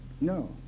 No